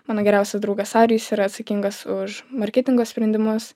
mano geriausias draugas arijus yra atsakingas už marketingo sprendimus